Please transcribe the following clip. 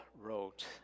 wrote